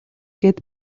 гээд